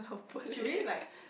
should we like